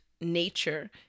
nature